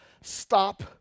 Stop